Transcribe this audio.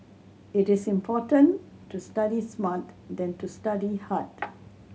it is important to study smart than to study hard